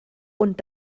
und